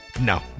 No